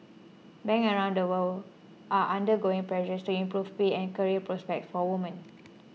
banks around the world are under growing pressure to improve pay and career prospects for women